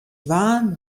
dwaan